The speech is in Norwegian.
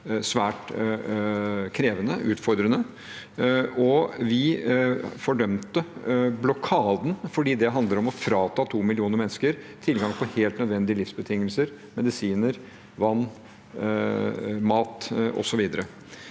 svært krevende, utfordrende, og vi fordømte blokaden fordi det handler om å frata to millioner mennesker tilgang på helt nødvendige livsbetingelser: medisiner, vann, mat, osv.